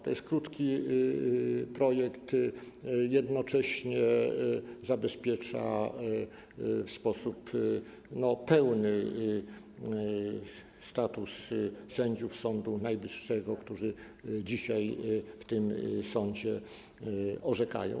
To jest krótki projekt, jednocześnie zabezpiecza w sposób pełny status sędziów Sądu Najwyższego, którzy dzisiaj w tym sądzie orzekają.